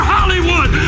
Hollywood